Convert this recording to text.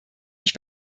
mich